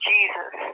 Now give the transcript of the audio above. Jesus